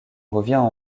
revient